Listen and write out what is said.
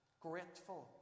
grateful